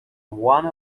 one